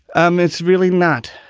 um it's really not.